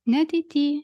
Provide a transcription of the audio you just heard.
ne ateity